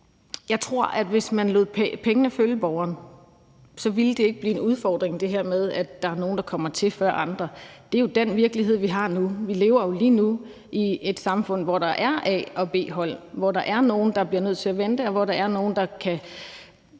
Jeg tror, at hvis man lod pengene følge borgeren, ville det ikke blive en udfordring, at der er nogle, der kommer til før andre. Det er jo den virkelighed, vi har nu. Vi lever jo lige nu i et samfund, hvor der er A- og B-hold, hvor der er nogle, der bliver nødt til at vente, og hvor der er nogle, der kan